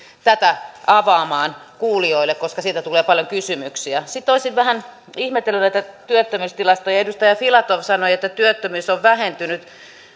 tätä avaamaan kuulijoille koska siitä tulee paljon kysymyksiä sitten olisin vähän ihmetellyt näitä työttömyystilastoja edustaja filatov sanoi että työttömyys on vähentynyt